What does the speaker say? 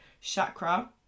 chakra